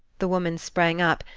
the woman sprang up,